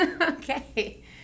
okay